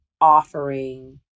offering